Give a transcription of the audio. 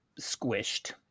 squished